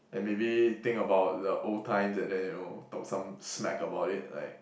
and maybe think about the old times and then you know talk some smack about it like